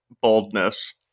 boldness